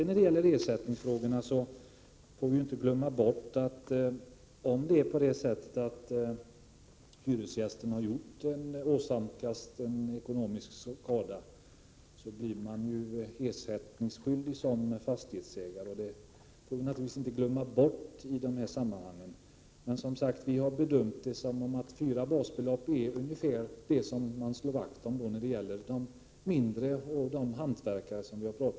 När det gäller ersättningsfrågorna får vi inte glömma bort att man som fastighetsägare blir ersättningsskyldig om hyresgästen har åsamkat en ekonomisk skada. Detta får vi naturligtvis inte glömma bort i dessa sammanhang. Vi har som sagt emellertid bedömt att ungefär fyra basbelopp är en nivå som man bör slå vakt om när det gäller de förhyrare av mindre lokaler, t.ex. hantverkare, som vi har talat om.